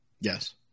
yes